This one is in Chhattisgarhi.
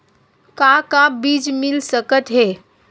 का का बीज मिल सकत हे?